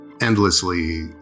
endlessly